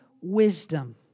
wisdom